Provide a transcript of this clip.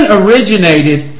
originated